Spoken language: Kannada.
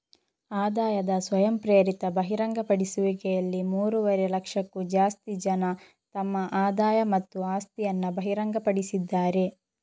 ಆದಾಯದ ಸ್ವಯಂಪ್ರೇರಿತ ಬಹಿರಂಗಪಡಿಸುವಿಕೆಯಲ್ಲಿ ಮೂರುವರೆ ಲಕ್ಷಕ್ಕೂ ಜಾಸ್ತಿ ಜನ ತಮ್ಮ ಆದಾಯ ಮತ್ತು ಆಸ್ತಿಯನ್ನ ಬಹಿರಂಗಪಡಿಸಿದ್ದಾರೆ